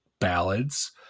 ballads